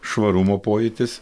švarumo pojūtis